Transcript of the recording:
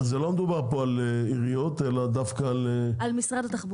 אז לא מדובר פה על עיריות אלא דווקא על --- על משרד התחבורה.